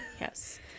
Yes